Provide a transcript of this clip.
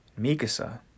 Mikasa